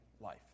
life